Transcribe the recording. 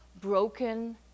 broken